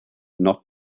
not